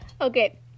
Okay